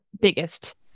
biggest